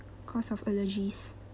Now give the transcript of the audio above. cause of allergies